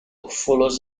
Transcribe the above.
follows